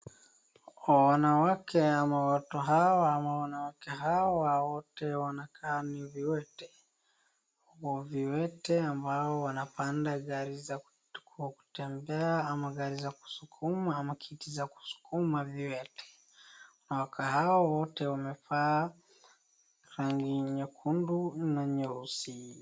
Wanawake ama watu hawa ama wanawake hawa wote wanakaa ni kama ni viwete wanapanda gari za kutembea ama za kusukumwa viwete ama kiti za kusukuma viwete hawa wote wamevaa rangi nyekundu na nyeusi.